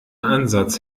ansatz